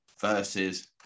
versus